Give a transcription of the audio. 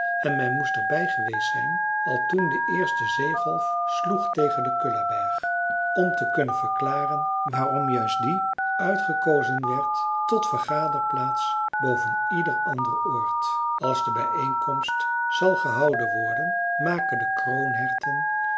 en men moest er bij geweest zijn al toen de eerste zeegolf sloeg tegen den kullaberg om te kunnen verklaren waarom juist die uitgekozen werd tot vergaderplaats boven ieder ander oord als de bijeenkomst zal gehouden worden maken de